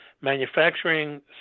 manufacturing